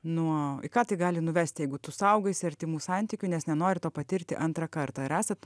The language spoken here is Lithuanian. nuo į ką tai gali nuvesti jeigu tu saugaisi artimų santykių nes nenori to patirti antrą kartą ar esat